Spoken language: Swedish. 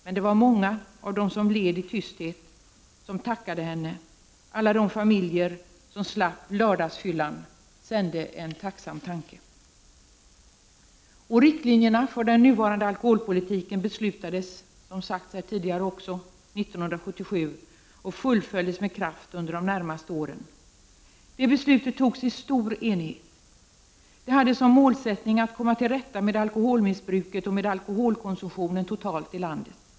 Men många av dem som led i tysthet tackade henne. Alla de familjer som slapp lördagsfyllan sände en tacksam tanke. Riktlinjerna för den nuvarande alkoholpolitiken beslutades, som tidigare har sagts här, år 1977, och beslutet fullföljdes med kraft under de därpå närmast följande åren. Beslutet fattades i stor enighet. Det hade som målsättning att man skulle kunna komma till rätta med alkoholmissbruket och alkoholkonsumtionen totalt i landet.